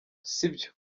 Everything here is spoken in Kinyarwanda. sibyo